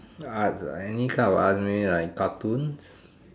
arts ah any kind of arts maybe like cartoons